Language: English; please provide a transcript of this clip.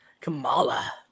Kamala